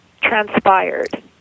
transpired